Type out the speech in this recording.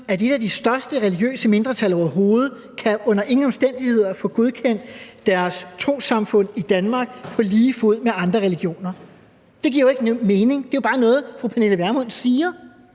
at et af de største religiøse mindretal overhovedet under ingen omstændigheder kan få godkendt deres trossamfund i Danmark på lige fod med andre religioner? Det giver ikke mening; det er jo bare noget, fru Pernille Vermund siger.